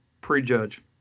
prejudge